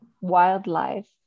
wildlife